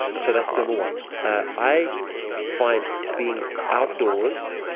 so that's number one i find being outdoors,